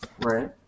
Right